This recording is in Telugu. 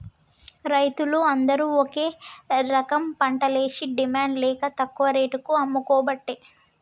రైతులు అందరు ఒక రకంపంటలేషి డిమాండ్ లేక తక్కువ రేటుకు అమ్ముకోబట్టే